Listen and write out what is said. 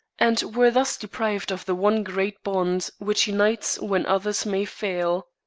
and were thus deprived of the one great bond which unites when others may fail.